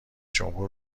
جمهور